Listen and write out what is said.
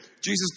Jesus